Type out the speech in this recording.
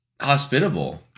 hospitable